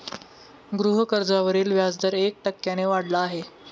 गृहकर्जावरील व्याजदर एक टक्क्याने वाढला आहे